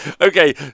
Okay